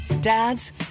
Dads